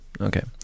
Okay